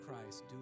Christ